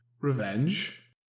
Revenge